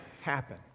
happen